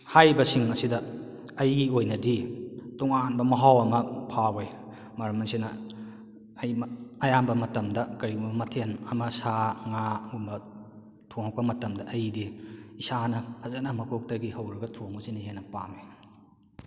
ꯍꯥꯏꯔꯤꯕꯁꯤꯡ ꯑꯁꯤꯗ ꯑꯩꯒꯤ ꯑꯣꯏꯅꯗꯤ ꯇꯣꯉꯥꯟꯕ ꯃꯍꯥꯎ ꯑꯃ ꯐꯥꯎꯏ ꯃꯔꯝ ꯑꯁꯤꯅ ꯑꯩ ꯑꯌꯥꯝꯕ ꯃꯇꯝꯗ ꯀꯔꯤꯒꯨꯝꯕ ꯃꯊꯦꯟ ꯑꯃ ꯁꯥ ꯉꯥꯒꯨꯝꯕ ꯊꯣꯡꯉꯛꯄ ꯃꯇꯝꯗ ꯑꯩꯗꯤ ꯏꯁꯥꯅ ꯐꯖꯅ ꯃꯀꯣꯛꯇꯒꯤ ꯍꯧꯔꯒ ꯊꯣꯡꯕꯁꯤꯅ ꯍꯦꯟꯅ ꯄꯥꯝꯃꯤ